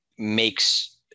makes